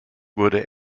wurde